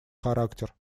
характер